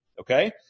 Okay